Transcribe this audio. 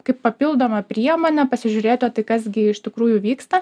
kaip papildoma priemonė pasižiūrėti o tai kas gi iš tikrųjų vyksta